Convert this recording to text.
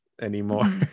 anymore